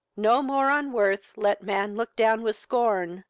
no more on worth let man look down with scorn,